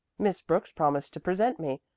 miss brooks promised to present me,